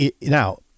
Now